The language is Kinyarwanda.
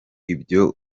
ibyo